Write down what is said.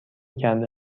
کرده